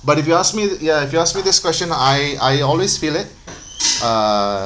but if you ask me ya if you ask me this question I I always feel it uh